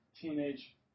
teenage